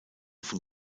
von